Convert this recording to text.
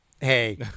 Hey